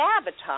sabotage